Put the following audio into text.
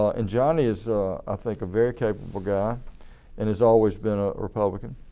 ah and johnny is i think a very capable guy and has always been a republican.